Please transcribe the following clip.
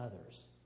others